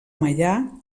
meià